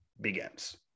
begins